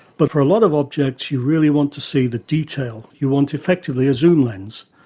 but for a lot of objects you really want to see the detail, you want effectively a zoom lens,